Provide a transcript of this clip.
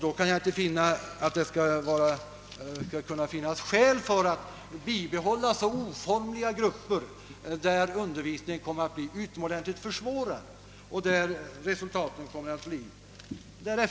Då kan jag inte inse, att det finns några skäl att bibehålla så oformliga grupper, att undervisningen i utomordentligt hög grad försvåras med påföljd att resultaten kommer att bli därefter.